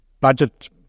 budget